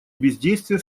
бездействия